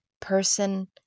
person